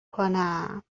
بکنم